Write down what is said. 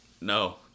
No